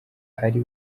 ari